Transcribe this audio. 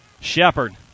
Shepard